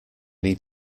need